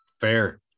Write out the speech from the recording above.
Fair